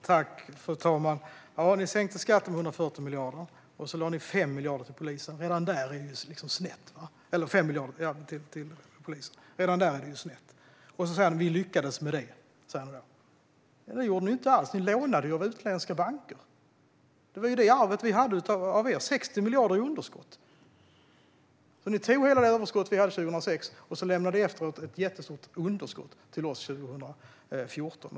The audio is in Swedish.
Fru talman! Ni sänkte skatten med 140 miljarder och lade 5 miljarder på polisen. Redan där var det snett. Ni säger att ni lyckades. Men det gjorde ni inte alls, för ni lånade av utländska banker. Arvet från er var 60 miljarder i underskott. Ni tog hela överskottet 2006 och lämnade efter er ett stort underskott 2014.